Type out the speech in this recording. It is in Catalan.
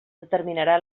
determinarà